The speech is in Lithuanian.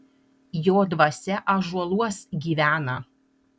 jo dvasia ąžuoluos gyvena